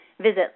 visit